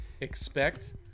expect